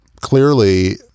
clearly